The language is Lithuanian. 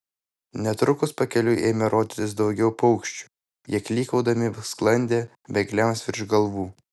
netrukus pakeliui ėmė rodytis daugiau paukščių jie klykaudami sklandė bėgliams virš galvų